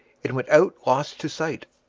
it went out lost to sight.